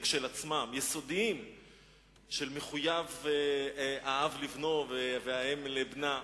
ויסודיים כשלעצמם שמחויבים בהם האב לבנו והאם לבנה,